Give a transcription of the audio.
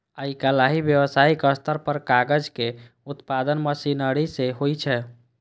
आइकाल्हि व्यावसायिक स्तर पर कागजक उत्पादन मशीनरी सं होइ छै